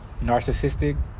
Narcissistic